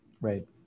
Right